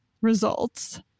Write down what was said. results